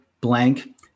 blank